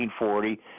1940